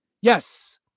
yes